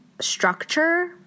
structure